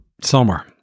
summer